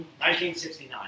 1969